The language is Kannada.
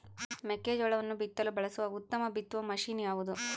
ಮೆಕ್ಕೆಜೋಳವನ್ನು ಬಿತ್ತಲು ಬಳಸುವ ಉತ್ತಮ ಬಿತ್ತುವ ಮಷೇನ್ ಯಾವುದು?